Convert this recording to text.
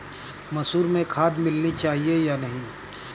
मसूर में खाद मिलनी चाहिए या नहीं?